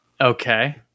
Okay